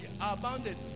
abounded